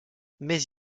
mais